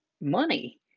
money